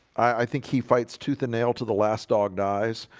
i think he fights tooth and nail to the last dog dies.